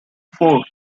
fort